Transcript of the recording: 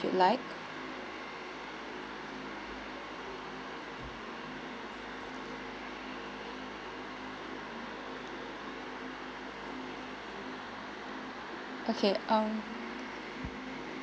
you would like okay um